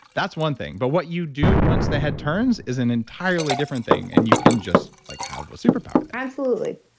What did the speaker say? that's one thing. but what you do once the head turns is an entirely different thing. and you can just like have a superpower there absolutely